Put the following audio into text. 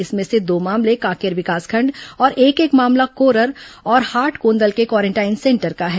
इसमें से दो मामले कांकेर विकासखंड और एक एक मामला कोरर और हाट कोंदल के क्वारेंटाइन सेंटर का है